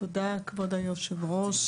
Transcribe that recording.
תודה כבוד היושב-ראש,